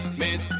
miss